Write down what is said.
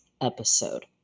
episode